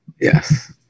Yes